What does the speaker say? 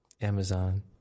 Amazon